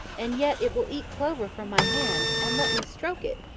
and yet it will eat clover from my hand, and let me stroke it,